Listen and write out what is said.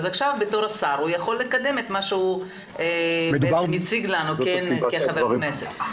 אז עכשיו בתור השר הוא יכול לקדם את מה שהוא הציג לנו כחבר כנסת.